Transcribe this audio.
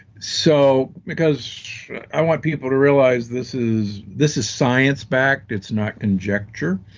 so because i want people to realize this is this is science back. it's not conjecture.